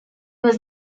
was